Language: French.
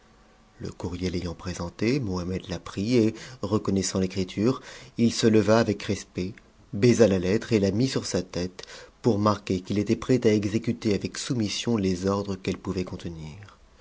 le courrier l'ayant présentée mohammed la prit et reconnaissant l'écriture il se leva avec respect baisa la lettre et la mit sur sa tête pour marquer qu'il était prêt à exécuter avec soumission les ordres qu'elle pouvait contenir